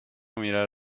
mirar